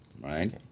right